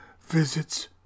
visits